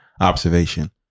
observation